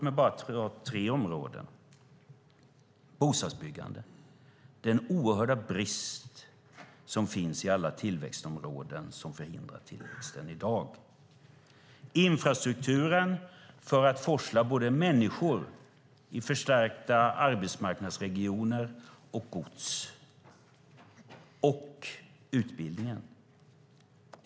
Jag kan nämna tre områden: bostadsbyggandet och den oerhörda brist i alla tillväxtområden som i dag förhindrar tillväxt infrastrukturen när det gäller att i förstärkta arbetsmarknadsregioner forsla både människor och gods utbildningen.